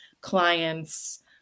clients